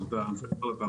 התעבורה.